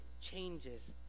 changes